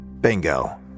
Bingo